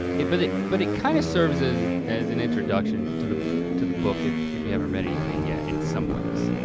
but it but it kind of serves as as an introduction to the to the book if if you haven't read anything yet in some ways.